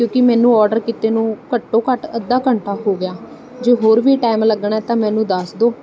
ਕਿਉਂਕਿ ਮੈਨੂੰ ਆਰਡਰ ਕੀਤੇ ਨੂੰ ਘੱਟੋ ਘੱਟ ਅੱਧਾ ਘੰਟਾ ਹੋ ਗਿਆ ਜੇ ਹੋਰ ਵੀ ਟਾਈਮ ਲੱਗਣਾ ਤਾਂ ਮੈਨੂੰ ਦੱਸ ਦਿਓ